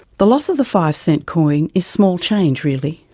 the loss of the five cent coin is small change really.